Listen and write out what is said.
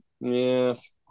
yes